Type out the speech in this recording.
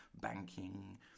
banking